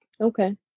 Okay